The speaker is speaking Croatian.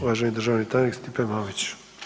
Uvaženi državni tajnik Stipe Mamić.